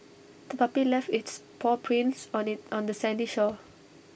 the puppy left its paw prints on the on the sandy shore